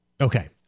okay